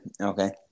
okay